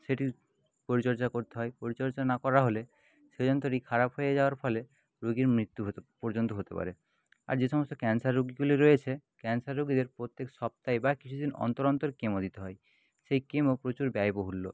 সেটির পরিচর্যা করতে হয় পরিচর্যা না করা হলে সেই যন্ত্রটি খারাপ হয়ে যাওয়ার ফলে রোগীর মৃত্যু হতে পর্যন্ত হতে পারে আর যে সমস্ত ক্যান্সার রোগগুলি রয়েছে ক্যান্সার রুগীদের প্রত্যেক সপ্তাহে বা কিছু দিন অন্তর অন্তর কেমো দিতে হয় সেই কেমো প্রচুর ব্যয়বহুল্য